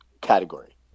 category